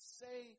say